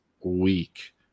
week